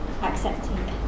accepting